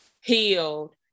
healed